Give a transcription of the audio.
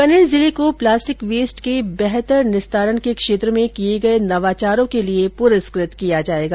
बीकानेर जिले को plastic waste के बेहतर निस्तारण के क्षेत्र में किए गए नवाचारों के लिए पुरस्कृत किया जाएगा